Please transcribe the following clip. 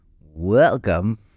welcome